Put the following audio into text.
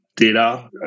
Data